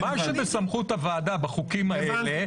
מה שבסמכות הוועדה בחוקים האלה,